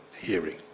hearing